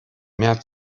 mehr